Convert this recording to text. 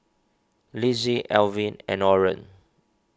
Lizzie Elvin and Orren